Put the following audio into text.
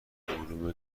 علوم